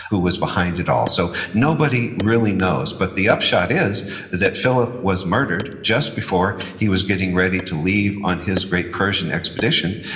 who was behind it all? so, nobody really knows. but the upshot is that philip was murdered just before he was getting ready to leave on his great persian expedition.